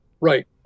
Right